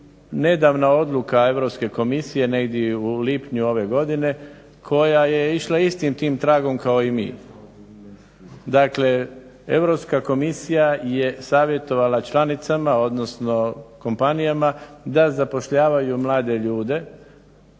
nedavna odluka Europske komisije negdje u lipnju ove godine koja je išla istim tim tragom kao i mi. Dakle Europska komisija je savjetovala članicama, odnosno kompanijama da zapošljavaju mlade ljude,